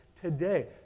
today